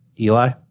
Eli